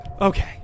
Okay